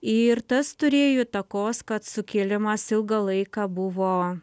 ir tas turėjo įtakos kad sukilimas ilgą laiką buvo